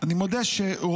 ואני מודה שרוב